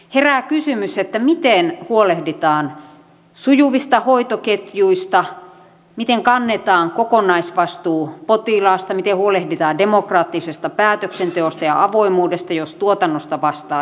herää kysymys miten huolehditaan sujuvista hoitoketjuista miten kannetaan kokonaisvastuu potilaasta miten huolehditaan demokraattisesta päätöksenteosta ja avoimuudesta jos tuotannosta vastaa yhtiöhallitus